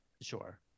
Sure